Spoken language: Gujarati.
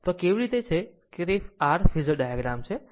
તો આ કેવી રીતે આ છે કે તે r ફેઝર ડાયાગ્રામ છે